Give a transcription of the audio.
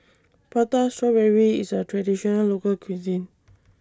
Prata Strawberry IS A Traditional Local Cuisine